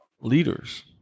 leaders